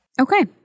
Okay